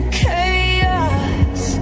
chaos